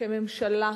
כממשלה,